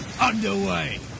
underway